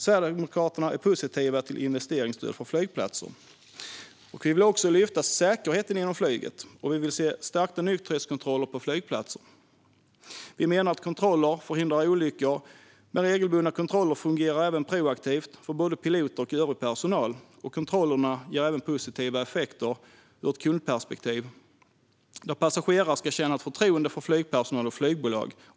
Sverigedemokraterna är positiva till investeringsstöd för flygplatser. Vi vill också lyfta säkerheten inom flyget, och vi vill se stärkta nykterhetskontroller på flygplatser. Vi menar att kontroller förhindrar olyckor, men regelbundna kontroller fungerar även proaktivt för både piloter och övrig personal. Kontrollerna ger också positiva effekter ur ett kundperspektiv, där passagerare ska känna ett förtroende för flygpersonal och flygbolag.